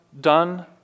done